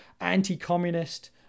anti-communist